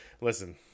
Listen